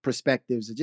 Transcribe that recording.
Perspectives